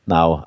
Now